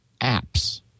apps